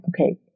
okay